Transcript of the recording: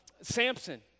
Samson